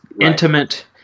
intimate